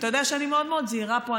אתה יודע שאני מאוד מאוד זהירה פה.